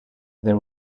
there